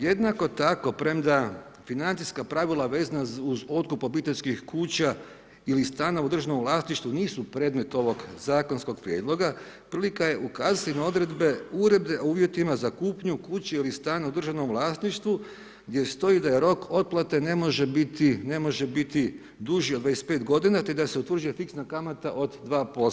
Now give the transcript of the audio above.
Jednako tako, premda financijska pravila vezana uz otkup obiteljskih kuća ili stanova u državnom vlasništvu nisu predmet ovog zakonskog prijedloga, prilika je ukazati na odredbe uredbe o uvjetima za kupnju kuće ili stana u državnom vlasništvu gdje stoji da rok otplate ne može biti duži od 25 godina te da se utvrđuje fiksna kamata od 2%